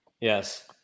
Yes